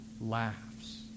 laughs